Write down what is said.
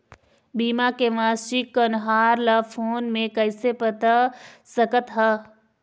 बीमा के मासिक कन्हार ला फ़ोन मे कइसे पता सकत ह?